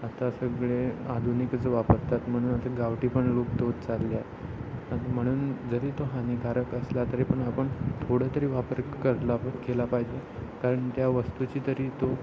आता सगळे आधुनिकच वापरतात म्हणून आता गावठी पण लुप्त होत चालल्या आता म्हणून जरी तो हानिकारक असला तरी पण आपण थोडं तरी वापर करला केला पाहिजे कारण त्या वस्तूची तरी तो